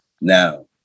Now